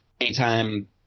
anytime